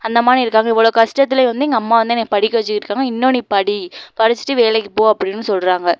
அந்தமாரி இருக்காங்கள் இவ்வளோ கஷ்டத்திலையும் வந்து எங்கள் அம்மா வந்து என்னை படிக்க வச்சிகிட்ருக்காங்க இன்னும் நீ படி படிச்சிட்டு வேலைக்கு போ அப்படின்னு சொல்கிறாங்க